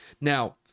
Now